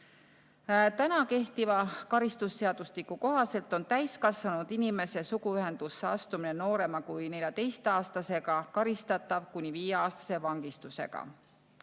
Kehtiva karistusseadustiku kohaselt on täiskasvanud inimese suguühendusse astumine noorema kui 14‑aastasega karistatav kuni viieaastase vangistusega.